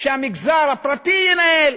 שהמגזר הפרטי ינהל,